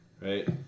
right